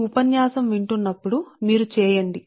మీరు ఈ ఉపన్యాసం వింటున్నప్పుడు మీరు దీన్ని సరిగ్గా చేయండి